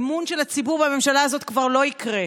אמון של הציבור בממשלה הזאת כבר לא יקרה,